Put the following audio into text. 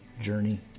journey